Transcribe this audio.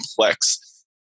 complex